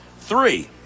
Three